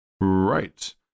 Right